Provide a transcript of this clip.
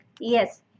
yes